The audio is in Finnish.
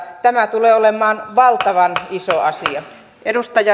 tämä tulee olemaan valtavan iso asia